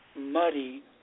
muddy